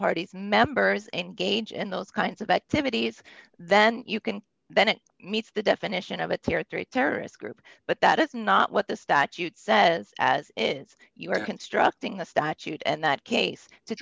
parties members engage in those kinds of activities then you can then it meets the definition of a tier three terrorist group but that is not what the statute says as it is you are constructing a statute and that case to